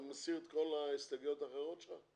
אתה מסיר את כל ההסתייגויות האחרות שלך?